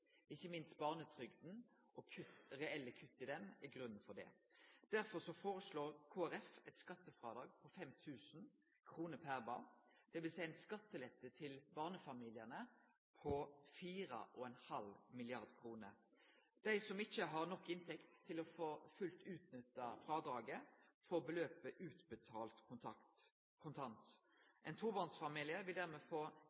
ikkje minst reelle kutt i barnetrygda er grunnen til det. Derfor foreslår Kristeleg Folkeparti eit skattefrådrag på 5 000 kr per barn, dvs. ein skattelette til barnefamiliane på 4,5 mrd. kr. Dei som ikkje har nok inntekt til å få full utnytting av frådraget, får beløpet utbetalt kontant. Ein tobarnsfamilie vil dermed få